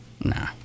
Nah